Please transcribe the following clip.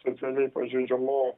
socialiai pažeidžiamų